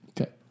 okay